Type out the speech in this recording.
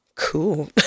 Cool